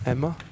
Emma